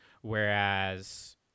Whereas